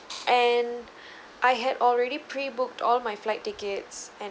and I had already pre booked all my flight tickets and